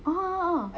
ah ah ah ah